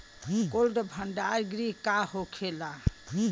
Cold भण्डार गृह का होखेला?